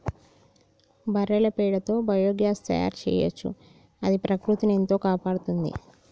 బర్రెల పెండతో బయోగ్యాస్ తయారు చేయొచ్చు అది ప్రకృతిని ఎంతో కాపాడుతుంది